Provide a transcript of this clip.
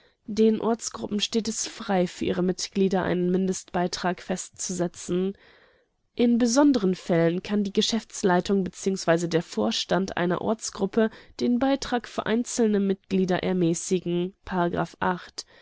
den ortsgruppen steht es frei für ihre mitglieder einen mindestbeitrag festzusetzen in besonderen fällen kann die geschäftsleitung bzw der vorstand einer ortsgruppe den beitrag für einzelne mitglieder ermäßigen